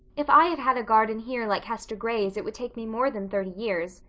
if i had had a garden here like hester gray's it would take me more than thirty years,